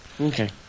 Okay